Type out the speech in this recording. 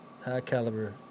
high-caliber